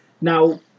Now